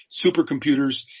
supercomputers